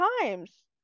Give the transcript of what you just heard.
times